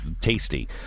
tasty